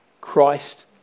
Christ